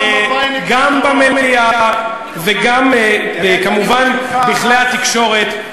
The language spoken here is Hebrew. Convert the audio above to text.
וגם כמובן בכלי התקשורת,